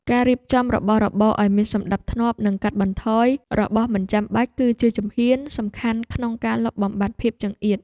ការរៀបចំរបស់របរឱ្យមានសណ្តាប់ធ្នាប់និងកាត់បន្ថយរបស់មិនចាំបាច់គឺជាជំហានសំខាន់ក្នុងការលុបបំបាត់ភាពចង្អៀត។